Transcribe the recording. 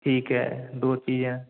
ठीक है दो चाहिए